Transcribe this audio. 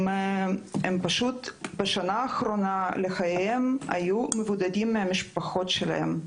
פשוט היו מבודדים מהמשפחות שלהם,